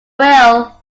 real